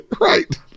Right